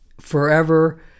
forever